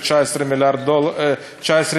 ל-19 מיליארד שקל,